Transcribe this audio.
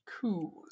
Cool